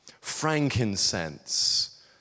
frankincense